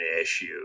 issue